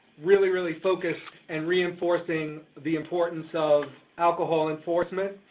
really, really focused and reinforcing the importance of alcohol enforcement.